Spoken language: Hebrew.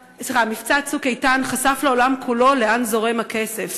מבצע "צוק איתן" חשף לעולם כולו לאן זורם הכסף: